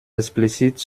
explicite